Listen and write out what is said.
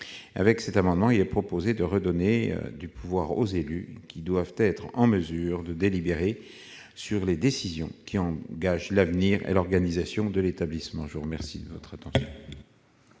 de cet amendement, il est proposé de redonner du pouvoir aux élus, qui doivent être en mesure de délibérer sur les décisions qui engagent l'avenir et l'organisation de l'établissement. Quel est l'avis de la commission